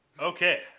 Okay